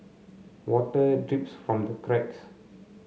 water drips from the cracks